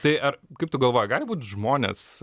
tai ar kaip tu galvoji gali būt žmonės